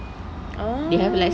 ah